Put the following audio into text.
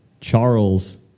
Charles